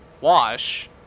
wash